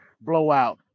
blowout